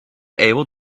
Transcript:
able